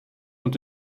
und